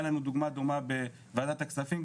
הייתה לנו דוגמה דומה בוועדת כספים,